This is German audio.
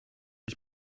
ich